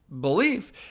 belief